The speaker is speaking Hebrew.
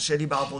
קשה לי בעבודות.